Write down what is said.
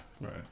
Right